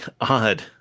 odd